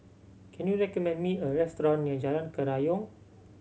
can you recommend me a restaurant near Jalan Kerayong